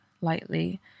lightly